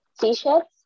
t-shirts